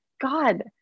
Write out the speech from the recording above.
God